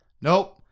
Nope